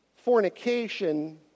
Fornication